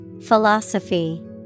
Philosophy